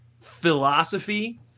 philosophy